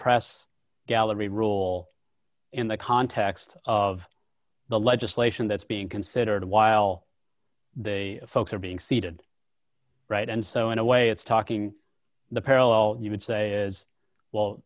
press gallery role in the context of the legislation that's being considered while they folks are being seated right and so in a way it's talking the parallel you would say as well